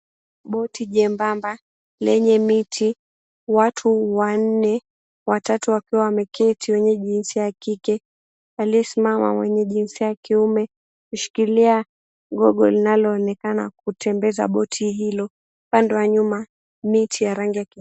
Boti jembamba lenye miti, watu wanne; watatu wakiwa wameketi wenye jinsia ya kike, aliyesimama mwenye jinsia ya kiume. Wameshikilia gogo linaloonekana kutembeza boti hiyo. Upande wa nyuma, miti ya rangi ya kijani...